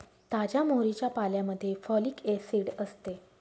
ताज्या मोहरीच्या पाल्यामध्ये फॉलिक ऍसिड असते